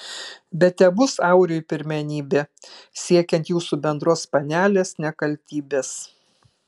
bet tebus auriui pirmenybė siekiant jūsų bendros panelės nekaltybės